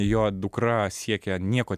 jo dukra siekia nieko